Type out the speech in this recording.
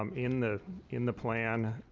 um in the in the plan.